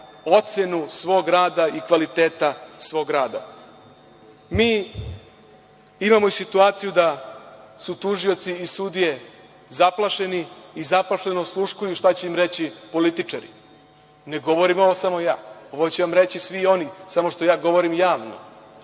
ocenu svog rada i kvaliteta svog rada. Mi imamo i situaciju da su tužioci i sudije zaplašeni i zaplašeno osluškuju šta će im reći političari. Ne govorim ovo samo ja, ovo će vam reći svi oni, samo što ja govorim javno.